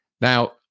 Now